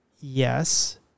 yes